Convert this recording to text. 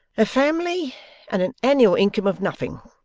a family and an annual income of nothing,